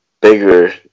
bigger